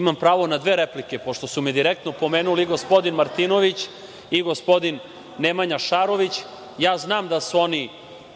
Imam pravo na dve replike, pošto su me direktno pomenuli gospodin Martinović i gospodin Nemanja Šarović. Ja znam da su oni